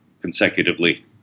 consecutively